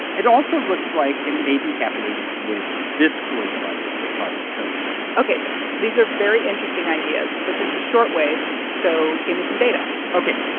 it also looks like it may be happening with this coronavirus that causes covid ok. geoff, these are very interesting ideas, but this is short wave, so give me some data ok.